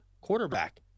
quarterback